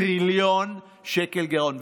טריליון שקל גירעון.